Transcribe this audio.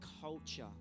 culture